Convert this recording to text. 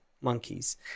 monkeys